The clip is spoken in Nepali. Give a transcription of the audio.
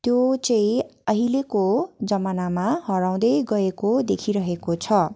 त्यो चाहिँ अहिलेको जमानामा हराउँदै गएको देखिरहेको छ